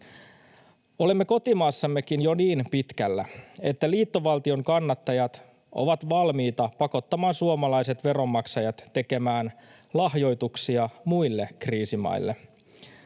Olemme kotimaassammekin jo niin pitkällä, että liittovaltion kannattajat ovat valmiita pakottamaan suomalaiset veronmaksajat tekemään lahjoituksia muille kriisimaille.